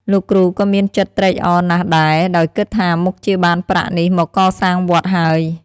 លោកគ្រូក៏មានចិត្តត្រេកអរណាស់ដែរ ដោយគិតថាមុខជាបានប្រាក់នេះមកកសាងវត្តហើយ។